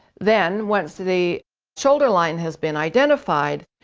then once the the shoulder line has been identified,